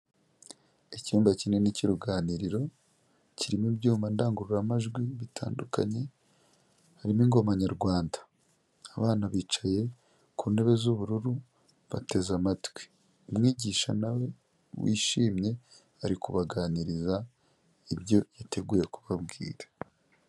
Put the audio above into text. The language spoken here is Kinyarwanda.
Icyumba kinini cy'uruganiriro, kirimo ibyuma ndangururamajwi bitandukanye, harimo ingoma Nyarwanda, abana bicaye ku ntebe z'ubururu, bateze amatwi, umwigisha nawe wishimye ari kubaganiriza ibyo yateguye kubabwira.